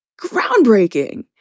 groundbreaking